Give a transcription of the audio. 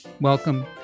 Welcome